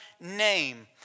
name